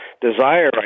desire